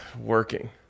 Working